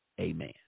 amen